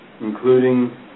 including